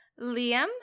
Liam